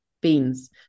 beans